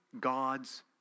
God's